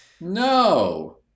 No